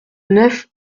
neuf